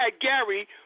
Gary –